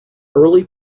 early